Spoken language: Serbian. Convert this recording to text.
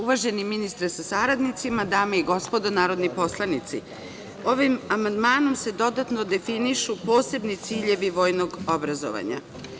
Uvaženi ministre sa saradnicima, dame i gospodo narodni poslanici, ovim amandmanom se dodatno definišu posebni ciljevi vojnog obrazovanja.